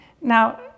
Now